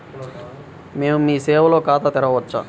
మేము మీ సేవలో ఖాతా తెరవవచ్చా?